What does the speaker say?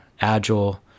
agile